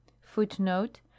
Footnote